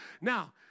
Now